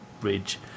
bridge